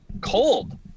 cold